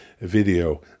video